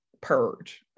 purge